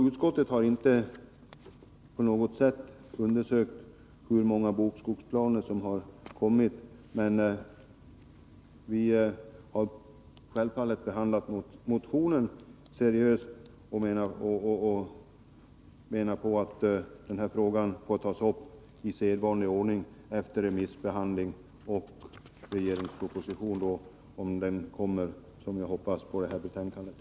Utskottet har inte på något sätt undersökt hur många bokskogsplaner som har upprättats, men vi har självfallet behandlat motionen seriöst. Vi menar dock att den här frågan får tas upp i sedvanlig ordning efter remissbehandling och regeringsproposition, om det, som jag hoppas, kommer en sådan på grundval av det här betänkandet.